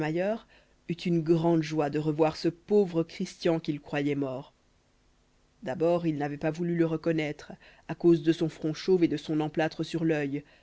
eut une grande joie de revoir ce pauvre christian qu'il croyait mort d'abord il n'avait pas voulu le reconnaître à cause de son front chauve et de son emplâtre sur l'œil